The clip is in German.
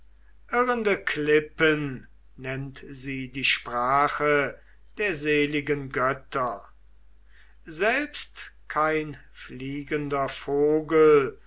irrende klippen nennt sie die sprache der seligen götter selbst kein fliegender vogel